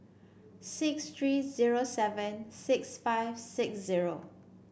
six three zero seven six five six zero